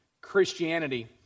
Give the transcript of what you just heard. Christianity